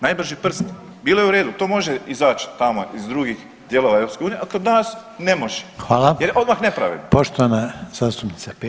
Najbrži prst, bilo je u redu, to može izać tamo iz drugih dijelova EU, a kod nas ne može [[Upadica Reiner: Hvala.]] jer odmah nepravedno.